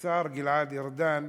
השר גלעד ארדן.